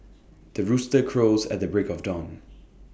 the rooster crows at the break of dawn